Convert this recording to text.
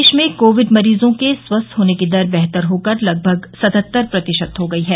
देश में कोविड मरीजों के स्वस्थ होने की दर बेहतर होकर लगभग सतहत्तर प्रतिशत हो गई है